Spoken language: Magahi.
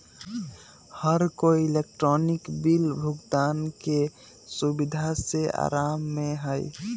हर कोई इलेक्ट्रॉनिक बिल भुगतान के सुविधा से आराम में हई